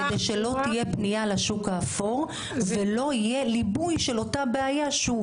-- כדי שלא תהיה פנייה לשוק האפור ולא יהיה ליבוי של אותה בעיה שוב.